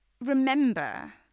remember